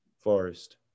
Forest